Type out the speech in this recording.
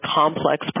complex